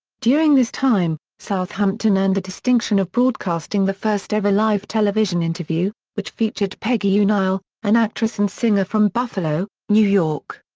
during this time, southampton earned the distinction of broadcasting the first-ever live television interview, which featured peggy o'neil, an actress and singer from buffalo, new york.